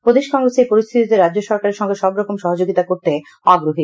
প্রদেশ কংগ্রেস এই পরিস্থিতিতে রাজ্য সরকারের সঙ্গে সব রকম সহযোগিতা করতে আগ্রহী